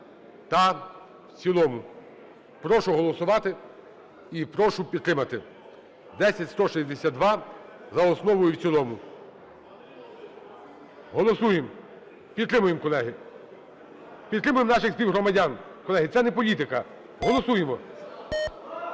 та в цілому. Прошу голосувати і прошу підтримати 10162 за основу і в цілому. Голосуємо. Підтримуємо, колеги. Підтримуємо наших співгромадян, колеги, це не політика. Голосуємо.